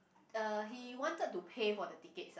uh he wanted to pay for the tickets ah